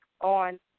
on